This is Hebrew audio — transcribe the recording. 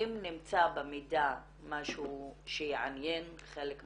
אם נמצא במידע משהו שיעניין חלק מהנוכחים,